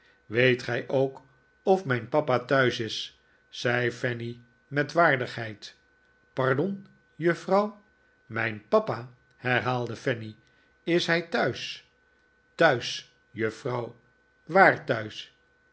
weet gij ook of mijn papa thuis is zei fanny met waardigheid pardon juffrouw mijn papa herhaalde fanny is hij thuis thuis juffrouw